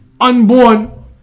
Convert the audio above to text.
unborn